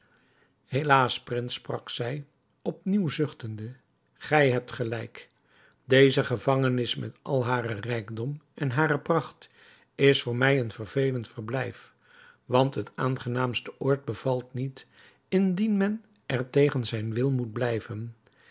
helaas prins sprak zij op nieuw zuchtende gij hebt gelijk deze gevangenis met al haren rijkdom en hare pracht is voor mij een vervelend verblijf want het aangenaamste oord bevalt niet indien men er tegen zijn wil moet blijven